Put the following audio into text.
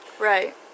Right